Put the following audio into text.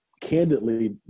candidly